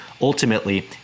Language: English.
Ultimately